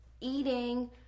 eating